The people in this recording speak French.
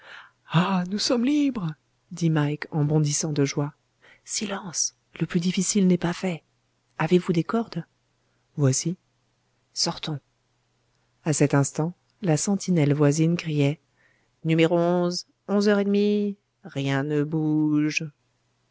ah nous sommes libres dit mike en bondissant de joie silence le plus difficile n'est pas fait avez-vous des cordes voici sortons a cet instant la sentinelle voisine criait numéro onze heures et demie rien ne bouge